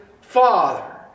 father